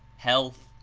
health,